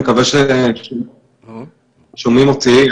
אני מקווה ששומעים אותי.